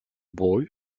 boy